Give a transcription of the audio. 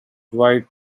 dwight